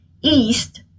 east